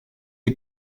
est